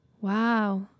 wow